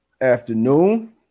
afternoon